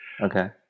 Okay